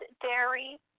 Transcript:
dairy